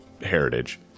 heritage